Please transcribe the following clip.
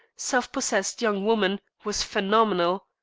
self-possessed young woman was phenomenal.